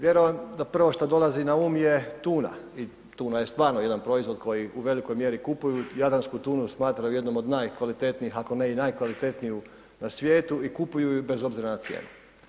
Vjerojatno prvo što dolazi na um tuna i tuna je stvarno jedan proizvod koji u velikoj mjeri kupuju jadransku tunu i smatraju je jednim od najkvalitetnijih ako ne i najkvalitetniju na sviju i kupuju ju bez obzira na cijenu.